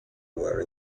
were